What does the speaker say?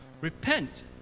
Repent